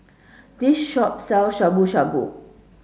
this shop sell Shabu Shabu